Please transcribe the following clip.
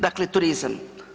Dakle turizam.